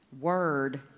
word